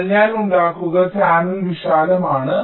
എന്നാൽ ഞാൻ ഉണ്ടാക്കുക ചാനൽ വിശാലമാണ്